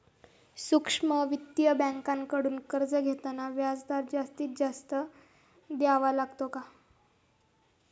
सूक्ष्म वित्तीय बँकांकडून कर्ज घेताना व्याजदर जास्त द्यावा लागतो का?